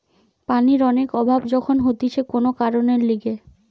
পানির অনেক অভাব যখন হতিছে কোন কারণের লিগে